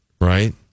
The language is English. right